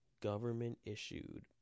government-issued